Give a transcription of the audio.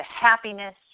happiness